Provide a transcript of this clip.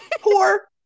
poor